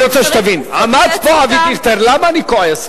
אני רוצה שתבין, עמד פה אבי דיכטר, למה אני כועס?